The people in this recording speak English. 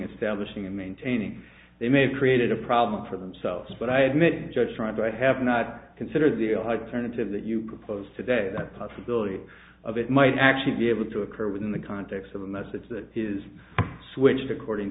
establishing and maintaining they may have created a problem for themselves but i admit judge try but i have not considered the a hard turn to that you propose today that possibility of it might actually be able to occur within the context of a message that is switched according